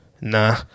Nah